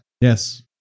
yes